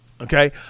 Okay